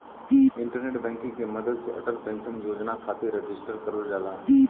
internet banking के मदद से अटल पेंशन योजना खातिर रजिस्टर करल जाला